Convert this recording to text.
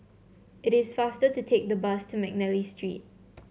it is faster to take the bus to McNally Street